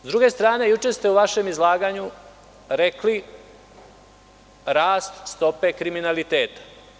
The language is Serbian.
S druge strane, juče ste u vašem izlaganju rekli - rast stope kriminaliteta.